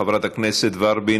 חברת הכנסת ורבין,